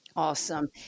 Awesome